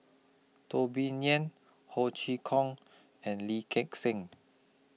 Teo Bee Yen Ho Chee Kong and Lee Gek Seng